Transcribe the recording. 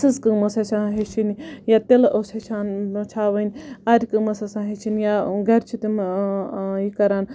سٕژ کٲم ٲسۍ آسان ہیٚچھٕنۍ یا تِلہٕ اوس ہیٚچھان چھاوٕنۍ آرٕ کٲم ٲسۍ آسان ہیٚچھٕنۍ یا گَرِ چھِ تِم یہِ کَران